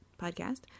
podcast